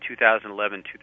2011